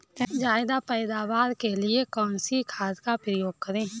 ज्यादा पैदावार के लिए कौन सी खाद का प्रयोग करें?